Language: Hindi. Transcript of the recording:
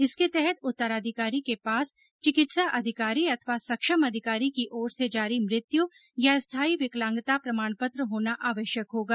इसके तहत उत्तराधिकारी के पास चिकित्सा अधिकारी अथवा सक्षम अधिकारी की ओर से जारी मृत्यु या स्थायी विकलांगता प्रमाण पत्र होना आवश्यक होगा